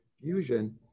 fusion